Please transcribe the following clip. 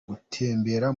gutembera